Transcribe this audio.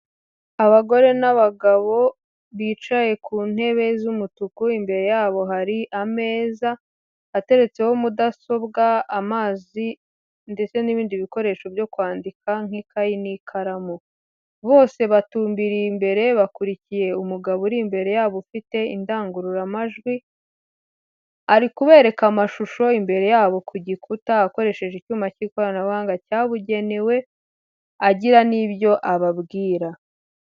Abagore n'abagabo bicaye ku ntebe z'umutuku, imbere yabo hari ameza ateretseho mudasobwa amazi ndetse n'ibindi bikoresho byo kwandika nk'ikayi n'ikaramu, bose batumbiriye imbere bakurikiye umugabo uri imbere yabo ufite indangururamajwi, ari kubereka amashusho imbere yabo ku gikuta akoresheje icyuma cy'ikoranabuhanga cyabugenewe, agira n'ibyo ababwira.